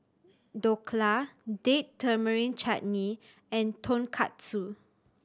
Dhokla Date Tamarind Chutney and Tonkatsu